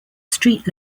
street